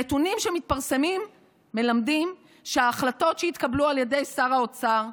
הנתונים שמתפרסמים מלמדים שההחלטות שהתקבלו על ידי שר האוצר,